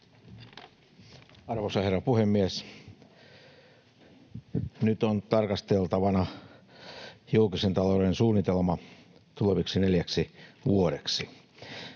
Arvoisa herra puhemies! Nyt on tarkasteltavana julkisen talouden suunnitelma tulevaksi neljäksi vuodeksi.